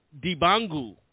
Dibangu